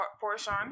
portion